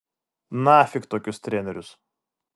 nafik tokius trenerius